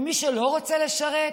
מי שלא רוצה לשרת,